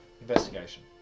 Investigation